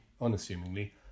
unassumingly